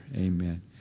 Amen